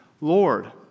Lord